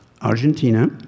Argentina